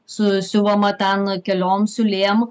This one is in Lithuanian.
susiuvama ten keliom siūlėm